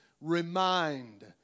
remind